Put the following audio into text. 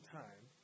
time